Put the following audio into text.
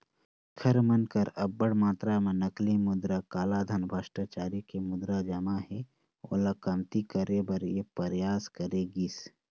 जेखर मन कर अब्बड़ मातरा म नकली मुद्रा, कालाधन, भस्टाचारी के मुद्रा जमा हे ओला कमती करे बर ये परयास करे गिस